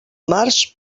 març